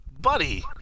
buddy